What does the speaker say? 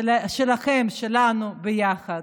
ושלנו ביחד.